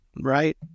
Right